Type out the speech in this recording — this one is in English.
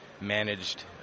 managed